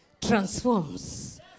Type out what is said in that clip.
transforms